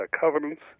covenants